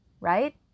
right